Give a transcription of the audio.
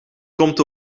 komt